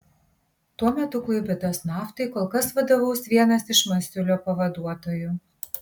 tuo metu klaipėdos naftai kol kas vadovaus vienas iš masiulio pavaduotojų